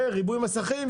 וביקורת בנושא ריבוי מסכים,